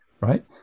right